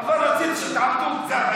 אבל רציתי שתתעמתו קצת,